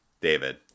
David